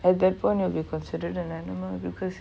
at that point you will be considered an animal because